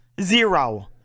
Zero